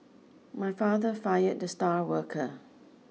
my father fired the star worker